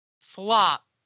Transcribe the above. flop